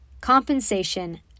Compensation